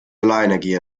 solarenergie